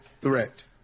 threat